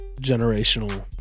generational